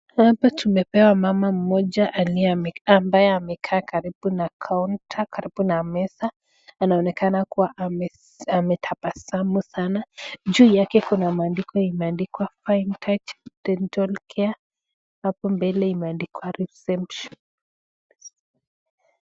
Hapa tumepewa mama mmoja aliye ame ambaye amekaa karibu na counter karibu na meza, Anaonekana kuwa ames ametabasamu sana, juu yake kuna maandiko imeandikwa Prime Touch Dental Care hapo mbele imeandikwa reception .